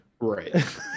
right